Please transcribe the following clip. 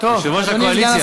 יושב-ראש הקואליציה,